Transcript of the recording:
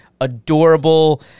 adorable